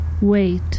Wait